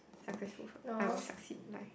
successful for me I will succeed in life